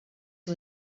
who